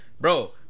bro